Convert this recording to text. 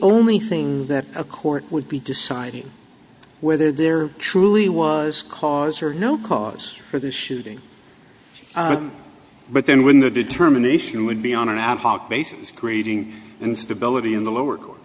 only thing that a court would be deciding whether they're truly was cause or no cause for the shooting but then when the determination would be on an ad hoc basis creating instability in the lower